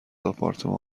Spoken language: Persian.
آپارتمان